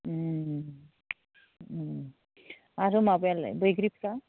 आरो माबायालाय बैग्रिफोरा